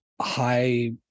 high